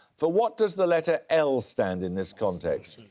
for what does the letter l stand in this context?